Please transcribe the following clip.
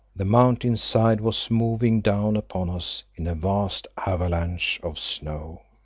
the mountain-side was moving down upon us in a vast avalanche of snow.